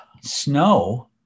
Snow